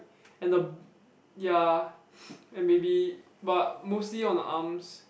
and the ya and maybe but mostly on the arms